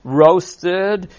roasted